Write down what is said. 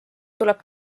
tuleb